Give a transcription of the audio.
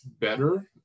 better